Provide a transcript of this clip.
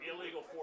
illegal